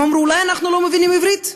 הם אמרו: אולי אנחנו לא מבינים עברית,